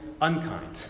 unkind